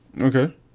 Okay